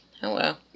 Hello